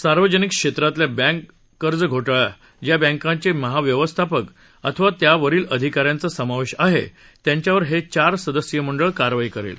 सार्वजनिक क्षेत्रातल्या बँक कर्ज घोटाळया ज्या बँकांचे महाव्यवस्थापक अथवा त्यावरील अधिका यांचा समावेश आहे त्यांच्यावर हे चार सदस्यीय मंडळ कारवाई करेल